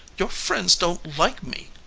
your friends don't like me.